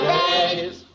days